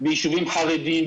ביישובים חרדיים,